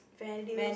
values